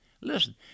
Listen